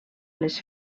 les